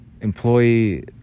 employee